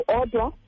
order